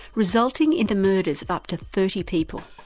resulting in the murders of up to thirty people.